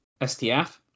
STF